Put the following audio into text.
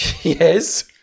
Yes